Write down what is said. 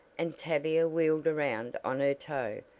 and tavia wheeled around on her toe,